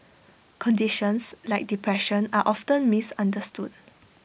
conditions like depression are often misunderstood